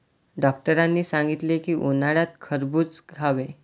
डॉक्टरांनी सांगितले की, उन्हाळ्यात खरबूज खावे